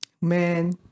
Man